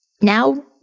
Now